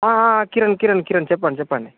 కిరణ్ కిరణ్ కిరణ్ చెప్పండి చెప్పండి